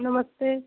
नमस्ते